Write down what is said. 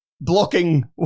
blocking